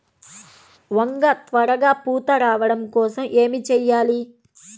వంగ త్వరగా పూత రావడం కోసం ఏమి చెయ్యాలి?